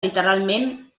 literalment